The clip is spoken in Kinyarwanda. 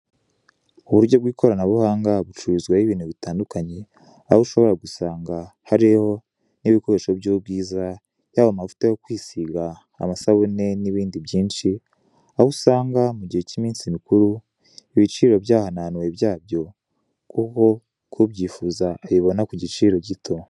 Uburyo bw'ikoranabuhanga bucururizwaho ibintu bitandukanye aho ushobora gusanga hariho n'ibikoresho by'ubwiza yaba amavuta yo kwisiga, amasabune n'ibindi aho usanga mu gihe cy'iminsi mikuru ibiciro byahananuwe byabyo kuko ku byifuza abibona ku giciro gito.